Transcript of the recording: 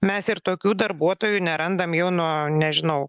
mes ir tokių darbuotojų nerandam jau nuo nežinau